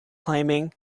climbing